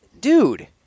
Dude